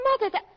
Mother